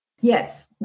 Yes